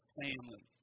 family